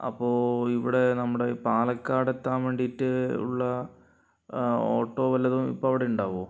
അപ്പൊൾ ഇവിടെ നമ്മുടെ പാലക്കാടെത്താൻ വേണ്ടീട്ട് ഉള്ള ഓട്ടോ വല്ലതും ഇപ്പ അവിടുണ്ടാവോ